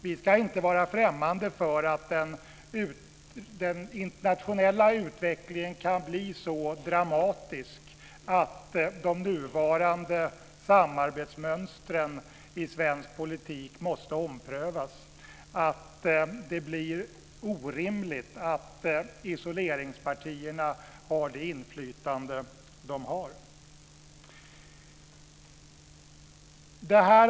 Vi ska inte vara främmande för att den internationella utvecklingen kan bli så dramatisk att de nuvarande samarbetsmönstren i svensk politik måste omprövas, att det blir orimligt att isoleringspartierna har det inflytande de har.